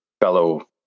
fellow